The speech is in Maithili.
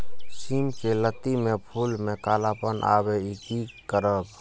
सिम के लत्ती में फुल में कालापन आवे इ कि करब?